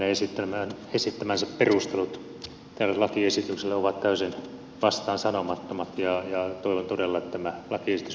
hänen esittämänsä perustelut tälle lakiesitykselle ovat täysin vastaansanomattomat ja toivon todella että tämä lakiesitys pikaisesti menee eteenpäin